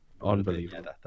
Unbelievable